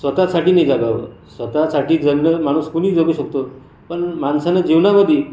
स्वतःसाठी नाही जगावं स्वतःसाठी जगणं माणूस कोणी जगू शकतो पण माणसानं जीवनामध्ये